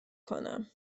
کنم